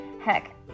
Heck